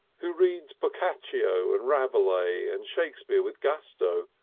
who reads boccaccio and rabelais and shakespeare with gusto,